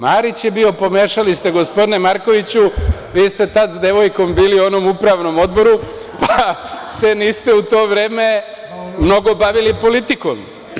Marić je bio, pomešali ste gospodine Markoviću, vi ste tada sa devojkom bili u onom upravnom odboru, pa se niste u to vreme mnogo bavili politikom.